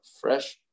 fresh